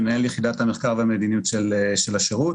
מנהל יחידת המחקר והמדיניות של השירות.